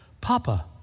Papa